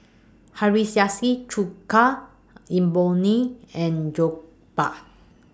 Hiyashi Chuka Imoni and Jokbal